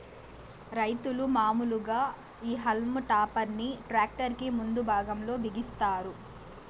రైతులు మాములుగా ఈ హల్మ్ టాపర్ ని ట్రాక్టర్ కి ముందు భాగం లో బిగిస్తారు